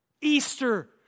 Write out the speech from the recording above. Easter